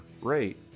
rate